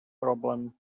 problem